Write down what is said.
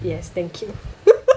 yes thank you